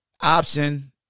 option